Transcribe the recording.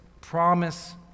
promise